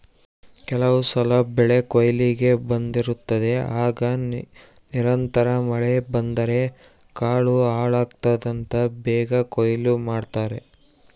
ಕೆಲವುಸಲ ಬೆಳೆಕೊಯ್ಲಿಗೆ ಬಂದಿರುತ್ತದೆ ಆಗ ನಿರಂತರ ಮಳೆ ಬಂದರೆ ಕಾಳು ಹಾಳಾಗ್ತದಂತ ಬೇಗ ಕೊಯ್ಲು ಮಾಡ್ತಾರೆ